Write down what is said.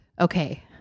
okay